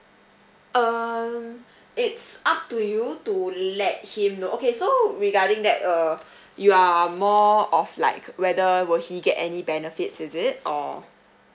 um it's up to you to let him know okay so regarding that uh you are more of like whether will he get any benefits is it or